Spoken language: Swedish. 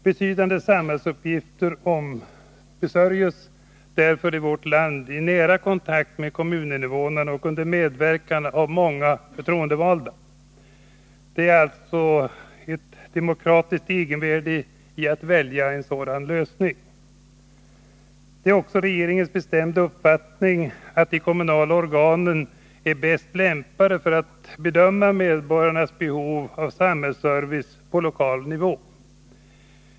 Betydande samhällsuppgifter ombesörjs därför i vårt land i nära kontakt med kommuninvånarna och under medverkan av många förtroendevalda. Det har alltså haft ett demokratiskt egenvärde att välja en sådan lösning. Det är också regeringens bestämda uppfattning att de kommunala organen är bäst lämpade att bedöma medborgarnas behov av samhällsservice på lokal nivå.